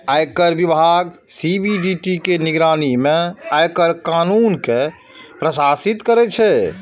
आयकर विभाग सी.बी.डी.टी के निगरानी मे आयकर कानून कें प्रशासित करै छै